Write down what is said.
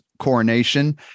Coronation